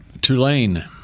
Tulane